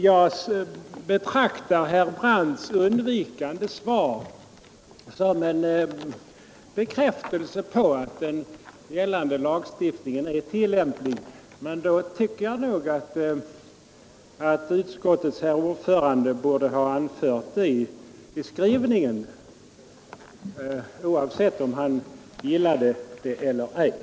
Jag betraktar herr Brandts undvikande svar som en bekräftelse på att den gällande lagstiftningen är tillämplig. Jag tycker i så fall att utskottets herr ordförande borde ha anfört det i skrivningen — oavsett om han gillar det eller inte.